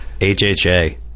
HHA